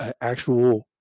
actual